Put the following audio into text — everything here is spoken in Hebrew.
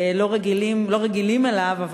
לא רגילים אליו,